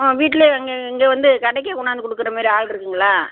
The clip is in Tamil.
ஆ வீட்லேயே இங்கே இங்கே வந்து கடைக்கே கொண்டாந்து கொடுக்கற மாதிரி ஆள் இருக்குங்களா